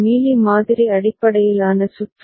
Mealy மாதிரி அடிப்படையிலான சுற்று